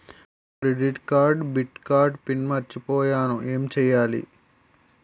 నేను credit card debit card pin మర్చిపోయేను ఎం చెయ్యాలి?